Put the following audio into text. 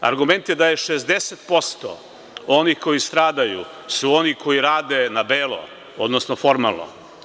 Argument je da 60% onih koji stradaju su oni koji rade na belo, odnosno formalno.